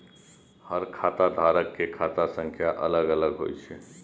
हर खाता धारक के खाता संख्या अलग अलग होइ छै